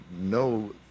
no